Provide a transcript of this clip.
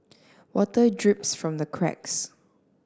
water drips from the cracks